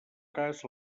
cas